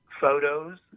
photos